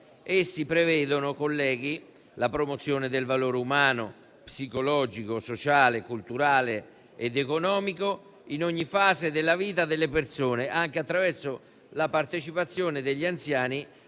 Essi prevedono: la promozione del valore umano, psicologico, sociale, culturale ed economico in ogni fase della vita delle persone, anche attraverso la partecipazione degli anziani